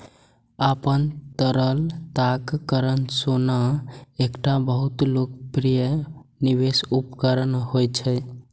अपन तरलताक कारण सोना एकटा बहुत लोकप्रिय निवेश उपकरण होइ छै